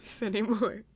anymore